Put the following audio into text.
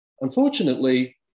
Unfortunately